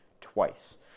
twice